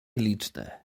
liczne